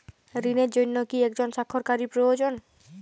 ঋণের জন্য কি একজন স্বাক্ষরকারী প্রয়োজন?